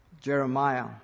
Jeremiah